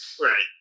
right